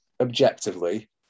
objectively